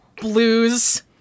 blues